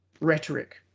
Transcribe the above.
Rhetoric